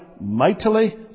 mightily